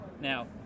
Now